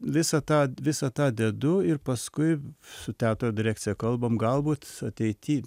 visą tą visą tą dedu ir paskui su teatro direkcija kalbam galbūt ateity